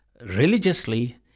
religiously